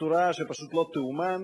בצורה שפשוט לא תאומן.